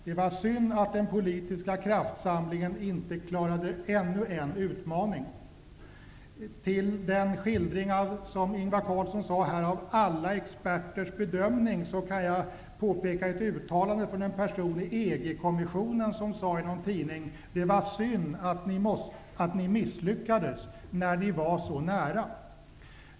Det var synd att den politiska kraftsamlingen inte klarade ännu en utmaning. Till skildringen av alla experters bedömning, som Ingvar Carlsson talade om, kan jag tillägga ett uttalande i en tidning från en person i EG kommissionen: Det var synd att ni misslyckades när ni var så nära.